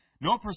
no